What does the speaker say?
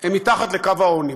הם מתחת לקו העוני.